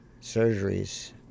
surgeries